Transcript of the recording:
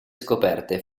scoperte